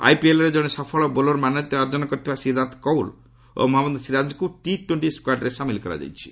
ଆଇପିଏଲ୍ରେ ଜଣେ ସଫଳ ବୋଲର ମାନ୍ୟତା ଅର୍ଜନ କରିଥିବା ସିଦ୍ଧାର୍ଥ କୌଲ ଓ ମହଞ୍ଚଦ ସିରାଜଙ୍କୁ ଟି ଟ୍ୱେିଣ୍ଟି ସ୍କାଡ୍ରେ ସାମିଲ କରାଯାଇଛି